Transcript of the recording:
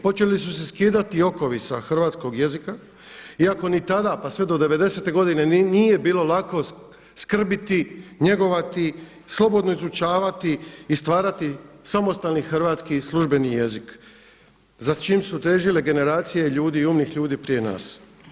Počeli su se skidati okovi sa hrvatskog jezika, iako ni tada pa sve do devedesete godine nije bilo lako skrbiti, njegovati, slobodno izučavati i stvarati samostalni hrvatski službeni jezik za čim su težile generacije ljudi, umnih ljudi prije nas.